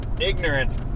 ignorance